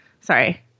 Sorry